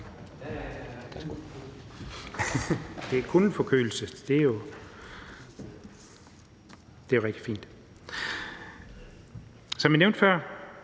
Det er kun en forkølelse – det er jo rigtig fint. Som jeg nævnte før,